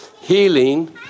healing